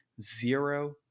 zero